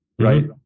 right